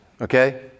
Okay